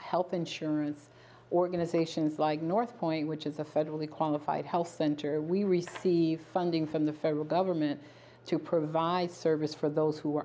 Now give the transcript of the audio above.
health insurance organizations like northpoint which is a federally qualified health center we receive funding from the federal government to provide service for those who are